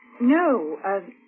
No